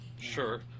sure